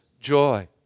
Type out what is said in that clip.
joy